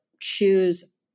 choose